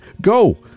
Go